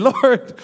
Lord